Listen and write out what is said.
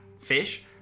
fish